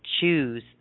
Choose